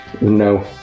no